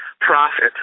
profit